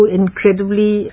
incredibly